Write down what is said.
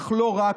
אך לא רק,